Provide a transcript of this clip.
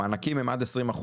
המענקים הם עד 20%,